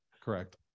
Correct